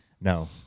no